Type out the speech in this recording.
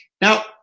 Now